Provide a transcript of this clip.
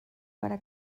para